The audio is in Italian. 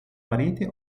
parete